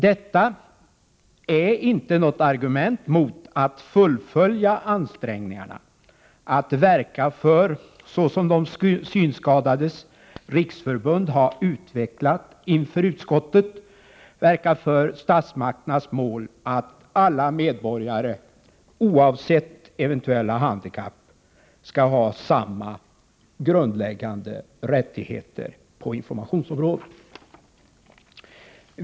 Detta är inte något argument mot att fullfölja ansträngningarna, att verka för — såsom Synskadades riksförbund har utvecklat inför utskottet — statsmakternas mål att alla medborgare oavsett eventuella handikapp skall ha samma grundläggande rättigheter på informationsområdet.